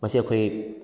ꯃꯁꯤ ꯑꯩꯈꯣꯏ